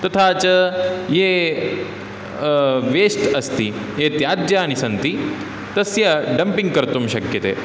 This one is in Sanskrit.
तथा च ये वेस्ट् अस्ति ये त्याज्यानि सन्ति तस्य डंपिङ् कर्तुं शक्यते